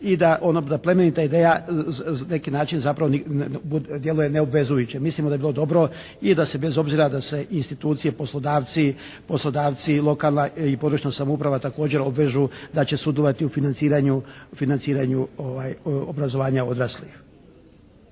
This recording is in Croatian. da plemenita ideja na neki način zapravo djeluje neobvezujuće. Mislimo da bi bilo dobro i da se bez obzira da se institucije, poslodavci i lokalna i područna samouprava također obvežu da će sudjelovati u financiranju obrazovanja odraslih.